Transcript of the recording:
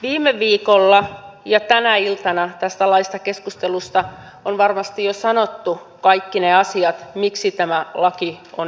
viime viikolla ja tänä iltana tästä laista keskustelussa on varmasti jo sanottu kaikki ne asiat miksi tämä laki on epäinhimillinen